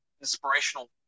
inspirational